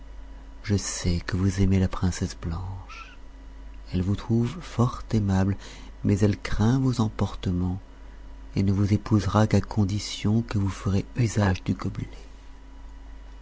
je sais que vous aimez la princesse blanche elle vous trouve fort aimable mais elle craint vos emportements et ne vous épousera qu'à condition que vous ferez usage du gobelet